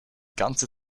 ganze